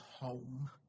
home